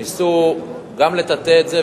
ניסו גם לטאטא את זה,